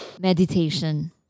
Meditation